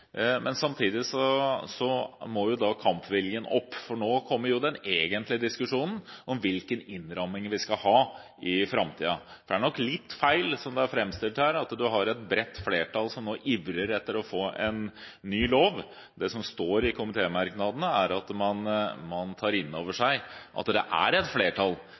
men samtidig må kampviljen opp, for nå kommer den egentlige diskusjonen om hvilken innramming vi skal ha i framtiden. For det er nok litt feil, som det er framstilt her, at man har et bredt flertall som nå ivrer etter å få en ny lov. Det som står i komitémerknadene, er at man tar inn over seg at det er et flertall